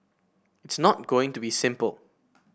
it's not going to be simple